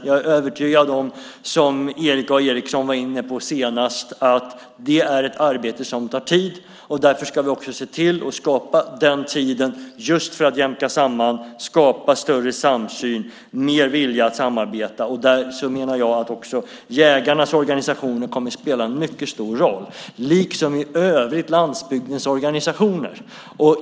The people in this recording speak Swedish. Jag är övertygad om, som Erik A Eriksson var inne på senast, att det är ett arbete som tar tid. Därför ska vi se till att skapa den tiden just för att jämka samman, skapa större samsyn och mer vilja att samarbeta. Där menar jag att också jägarnas organisationer kommer att spela en mycket stor roll, liksom i övrigt landsbygdens organisationer.